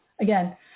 again